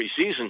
preseason